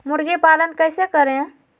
मुर्गी पालन कैसे करें?